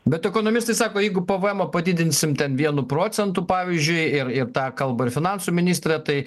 bet ekonomistai sako jeigu pavaemą padidinsim ten vienu procentu pavyzdžiui ir ir tą kalba ir finansų ministrė tai